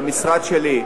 במשרד שלי,